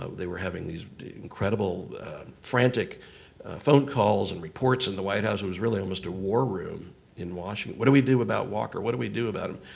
ah they were having these incredible frantic phone calls and reports in the white house. it was really almost a war room in washington. what do we do about walker? what do we do about him?